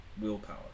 willpower